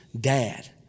dad